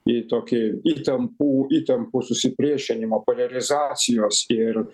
į tokį įtampų įtampų susipriešinimo poliarizacijos ir